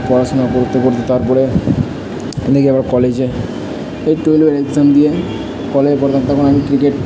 পড়াশোনা করতে করতে তার পরে এদিকে আবার কলেজে এই টুয়েলভের এক্সাম দিয়ে কলেজে পড়লাম তখন আমি ক্রিকেট